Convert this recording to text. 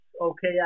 okay